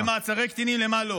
למעצרי קטינים, למה לא?